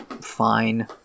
fine